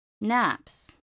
naps